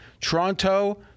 Toronto